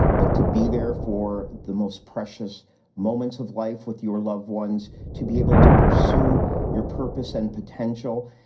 but to be there for the most precious moments of life with your loved ones, to be able to pursue your purpose and potential.